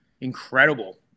incredible